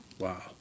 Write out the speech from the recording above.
Wow